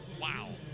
wow